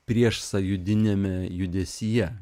prieš sąjūdiniame judesyje